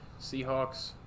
Seahawks